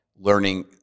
learning